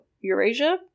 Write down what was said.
Eurasia